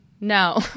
no